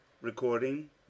Recording